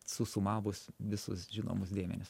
susumavus visus žinomus dėmenis